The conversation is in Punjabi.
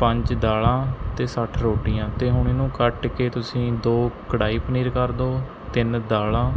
ਪੰਜ ਦਾਲ਼ਾਂ ਅਤੇ ਸੱਠ ਰੋਟੀਆਂ ਅਤੇ ਹੁਣ ਇਹਨੂੰ ਕੱਟ ਕੇ ਤੁਸੀਂ ਦੋ ਕੜਾਈ ਪਨੀਰ ਕਰ ਦੋ ਤਿੰਨ ਦਾਲ਼ਾਂ